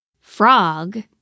Frog